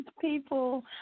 people